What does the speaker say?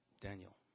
Daniel